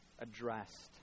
addressed